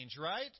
right